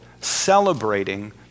celebrating